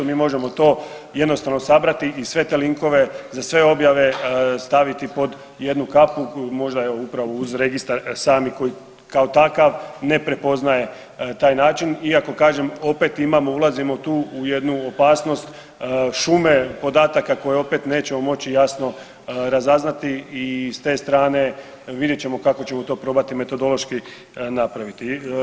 Mi možemo to jednostavno sabrati i sve te linkove, za sve objave staviti pod jednu kapu možda evo upravo uz registar sami koji takav ne prepoznaje taj način iako kažem opet imamo, ulazimo tu u jednu opasnost šume podataka koje opet nećemo moći jasno razaznati i s te strane vidjet ćemo kako ćemo to probati metodološki napraviti.